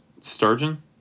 Sturgeon